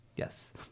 Yes